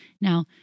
Now